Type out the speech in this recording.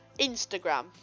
instagram